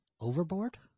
Overboard